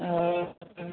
हय